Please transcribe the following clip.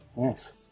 Yes